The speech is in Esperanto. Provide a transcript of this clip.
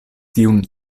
tiun